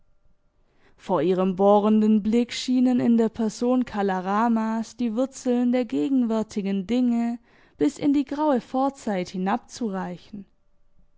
vor ihrem bohrenden blick schienen in der person kala ramas die wurzeln der gegenwärtigen dinge bis in die graue vorzeit